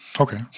Okay